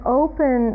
open